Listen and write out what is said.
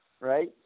right